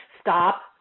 Stop